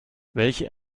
welche